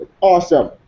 Awesome